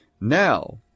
Now